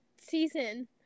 season